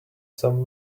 some